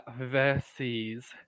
verses